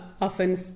often